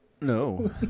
No